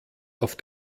auf